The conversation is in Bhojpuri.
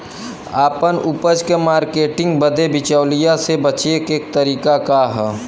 आपन उपज क मार्केटिंग बदे बिचौलियों से बचे क तरीका का ह?